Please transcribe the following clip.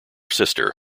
sister